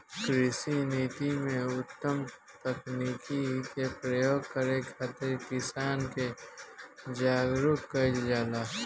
कृषि नीति में उन्नत तकनीकी के प्रयोग करे खातिर किसान के जागरूक कईल जाला